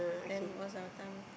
then once our time